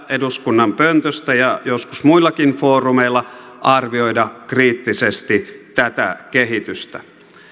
eduskunnan pöntöstä ja joskus muillakin foorumeilla arvioida kriittisesti tätä kehitystä